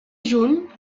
juny